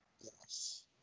Yes